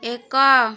ଏକ